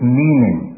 meaning